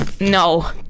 no